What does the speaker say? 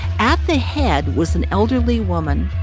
at the head was an elderly woman,